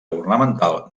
ornamental